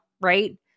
Right